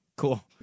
Cool